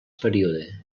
període